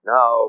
Now